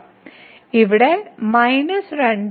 നമ്മൾ ഇവിടെ ഉപയോഗിച്ച റഫറൻസുകളാണ് ഇവ